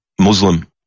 Muslim